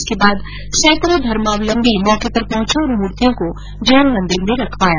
इसके बाद सैंकड़ों धर्मावलम्बी मौके पर पहंचे और मूर्तियों को जैन मंदिर में रखवाया